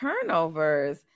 turnovers